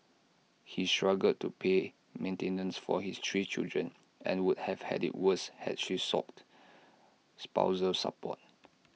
he struggled to pay maintenance for his three children and would have had IT worse had she sought spousal support